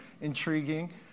intriguing